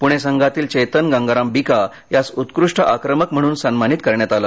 पुणे संघातील चेतन गंगाराम बिका यास उत्कृष्ट आक्रमक म्हणून सन्मानित करण्यात आलं